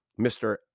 mr